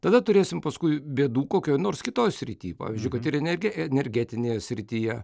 tada turėsim paskui bėdų kokioj nors kitoj srity pavyzdžiui kad ir energe energetinėje srityje